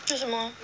做什么